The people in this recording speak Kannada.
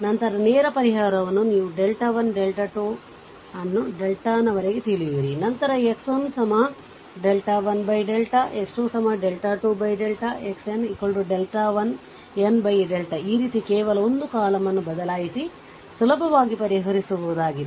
ನಂತರ ನೇರ ಪರಿಹಾರವನ್ನು ನೀವು ಡೆಲ್ಟಾ 1 ಡೆಲ್ಟಾ 2 ಅನ್ನು ಡೆಲ್ಟಾನ್ ವರೆಗೆ ತಿಳಿಯುವಿರಿ ನಂತರ x 1 1 x 22 x nn ಈ ರೀತಿ ಕೇವಲ ಒಂದು ಕಾಲಮ್ ಅನ್ನು ಬದಲಾಯಿಸಿ ಸುಲಭವಾಗಿ ಪರಿಹರಿಸಬಹುದಾಗಿದೆ